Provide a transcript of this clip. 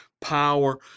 power